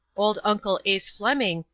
old uncle ase flemming,